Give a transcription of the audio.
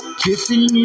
kissing